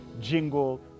Jingle